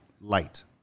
Light